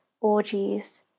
orgies